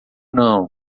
não